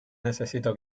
necesito